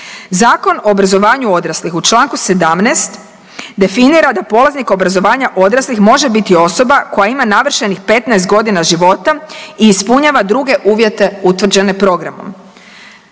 Zakon o obrazovanju odraslih u čl. 17. definira da polaznik obrazovanja odraslih može biti osoba koja ima navršenih 15.g. života i ispunjava druge uvjete utvrđene programom.